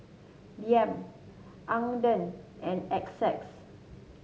Liam Ogden and Essex